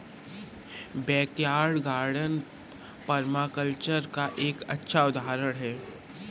backyard garden permaculture का एक अच्छा उदाहरण हैं